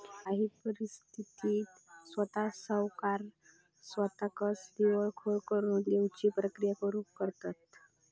काही परिस्थितीत स्वता सावकार स्वताकच दिवाळखोर करून घेउची प्रक्रिया सुरू करतंत